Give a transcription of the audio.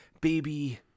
baby